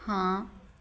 ਹਾਂ